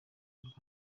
rwanda